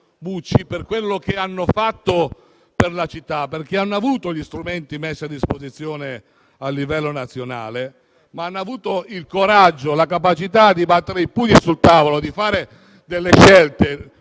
per quanto hanno fatto per la città, perché hanno sì avuto gli strumenti messi a disposizione a livello nazionale, ma hanno avuto il coraggio e la capacità di battere i pugni sul tavolo e di fare delle scelte.